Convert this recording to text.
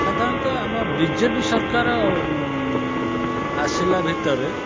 ସାଧାରଣତଃ ଆମ B J P ସରକାର ଆସିଲା ଭିତରେ